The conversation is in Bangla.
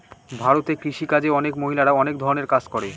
ভারতে কৃষি কাজে অনেক মহিলারা অনেক ধরনের কাজ করে